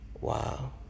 wow